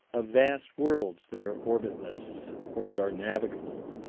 of vast worlds that are orbitless or that are navigable,